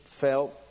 felt